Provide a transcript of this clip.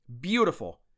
Beautiful